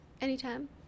anytime